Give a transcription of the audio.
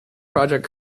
project